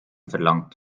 verlangt